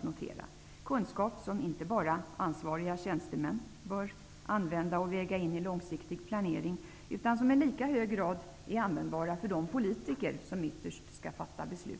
Detta är kunskap som inte bara ansvariga tjänstemän bör använda och väga in i långsiktig planering, utan som i lika hög grad är användbar för de politiker som ytterst skall fatta beslut.